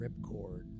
Ripcord